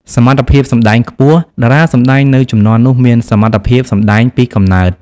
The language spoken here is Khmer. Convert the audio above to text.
សមត្ថភាពសម្ដែងខ្ពស់ តារាសម្តែងនៅជំនាន់នោះមានសមត្ថភាពសម្ដែងពីកំណើត។